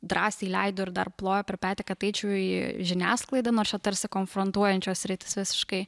drąsiai leido ir dar plojo per petį kad eičiau į žiniasklaidą nors čia tarsi konfrontuojančios sritys visiškai